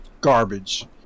garbage